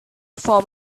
form